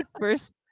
first